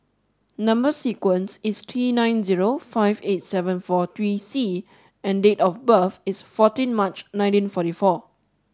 number sequence is T nine zero five eight seven four three C and date of birth is fourteen March nineteen forty four